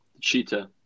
Cheetah